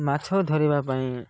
ମାଛ ଧରିବା ପାଇଁ